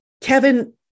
Kevin